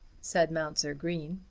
said mounser green.